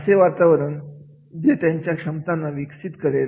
असे वातावरण जे त्यांच्या क्षमतांना विकसित करेल